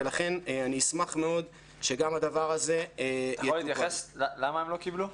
ולכן אשמח מאוד שגם הדבר הזה --- אתה יכול להתייחס למה הם לא קיבלו?